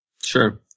Sure